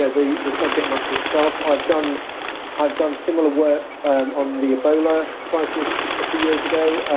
ah the the subject matter itself, i've done i've done similar work on the ebola crisis a few years ago.